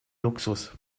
luxus